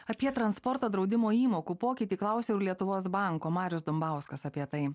apie transporto draudimo įmokų pokytį klausiau ir lietuvos banko marius dumbauskas apie tai